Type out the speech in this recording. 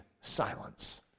silence